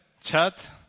chat